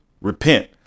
repent